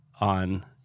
on